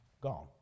gone